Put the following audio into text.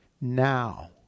Now